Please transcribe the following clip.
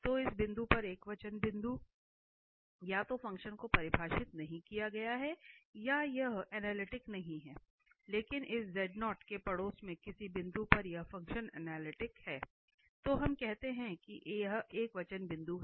तो इस बिंदु पर एकवचन बिंदु या तो फ़ंक्शन को परिभाषित नहीं किया गया है या यह अनलिटिक नहीं है लेकिन इस के पड़ोस में किसी बिंदु पर यह फंक्शन अनलिटिक है तो हम कहते हैं कि यह एकवचन बिंदु है